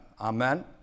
Amen